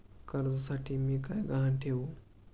कर्जासाठी मी काय गहाण ठेवू?